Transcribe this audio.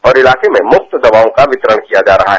और इलाके में मुफ्त दवाओं का वितरण किया जा रहा है